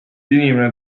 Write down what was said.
inimene